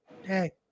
hey